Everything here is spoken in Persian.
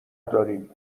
داریم